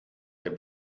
der